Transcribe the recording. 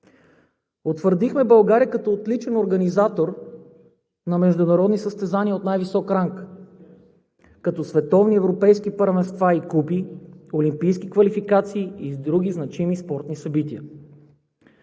Утвърдихме България като отличен организатор на международни състезания от най-висок ранг – световни и европейски първенства и купи, олимпийски квалификации и други значими спортни събития.